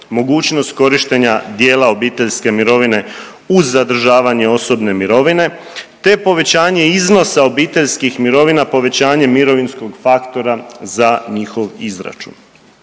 mogućnost korištenja dijela obiteljske mirovine uz zadržavanje osobne mirovine, te povećanje iznosa obiteljskih mirovina povećanjem mirovinskog faktora za njihov izračun.